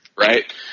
Right